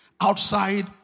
outside